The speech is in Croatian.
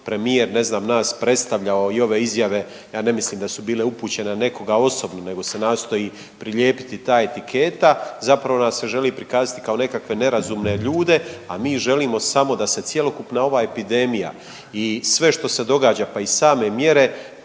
premijer ne znam nas predstavljao i ove izjave ja ne mislim da su bile upućene na nekoga osobno nego se nastoji prilijepiti ta etiketa, zapravo nas se želi prikazati kao nekakve nerazumne ljude, a mi želimo samo da se cjelokupna ova epidemija i sve što se događa, pa i same mjere